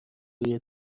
روی